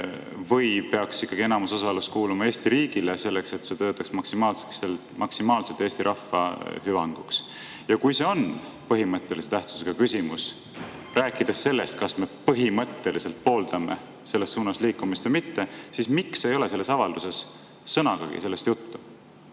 või peaks ikkagi enamusosalus kuuluma Eesti riigile, selleks et see töötaks maksimaalselt Eesti rahva hüvanguks? Ja kui see on põhimõttelise tähtsusega küsimus, rääkides sellest, kas me põhimõtteliselt pooldame selles suunas liikumist või mitte, siis miks ei ole selles avalduses sõnagagi sellest juttu?